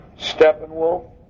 Steppenwolf